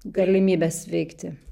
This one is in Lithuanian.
galimybes veikti